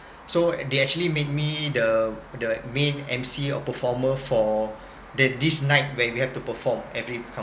so they actually made me the the main emcee or performer for the this night where we have to perform every